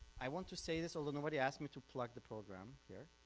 i want to say this although nobody asked me to plug the program here,